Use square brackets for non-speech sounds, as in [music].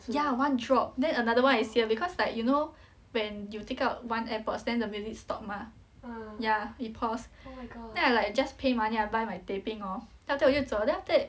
ya one drop then another one is here because like you know [breath] when you take out one airpod then the music stop mah ya it pause then I like just pay money I buy my teh peng hor then after that 我就走 then after that